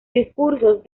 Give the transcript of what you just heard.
discursos